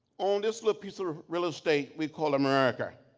on this little piece of real estate we call america,